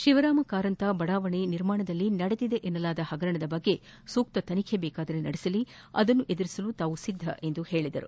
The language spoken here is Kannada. ಶಿವರಾಮ ಕಾರಂತ ಬಡಾವಣೆ ನಿರ್ಮಾಣದಲ್ಲಿ ನಡೆದಿದೆ ಎನ್ನಲಾದ ಹಗರಣ ಕುರಿತು ಸೂಕ್ತ ತನಿಬೆ ನಡೆಸಲಿ ಅದನ್ನು ಎದುರಿಸಲು ತಾವು ಸಿದ್ದ ಎಂದು ಹೇಳಿದರು